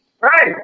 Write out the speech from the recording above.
Right